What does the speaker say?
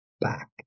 back